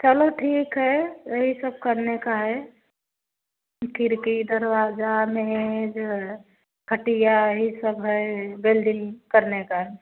चलो ठीक है यही सब करने का है खिड़की दरवाज़ा मेज़ खटिया यही सब है बेल्डिंग करने का